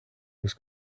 was